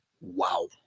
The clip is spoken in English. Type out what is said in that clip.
Wow